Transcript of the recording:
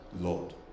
Lord